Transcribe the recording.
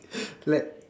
like